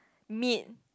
meat